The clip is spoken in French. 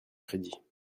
crédit